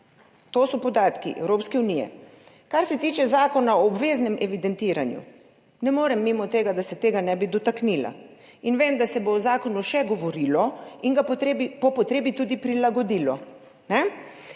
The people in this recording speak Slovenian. To so podatki Evropske unije. Kar se tiče zakona o obveznem evidentiranju, ne morem mimo tega, da se tega ne bi dotaknila, in vem, da se bo o zakonu še govorilo in ga po potrebi tudi prilagodilo.